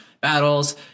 battles